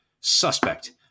suspect